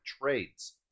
trades